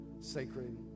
sacred